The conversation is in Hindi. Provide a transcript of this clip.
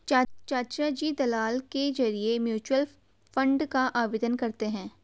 चाचाजी दलाल के जरिए म्यूचुअल फंड का आवेदन करते हैं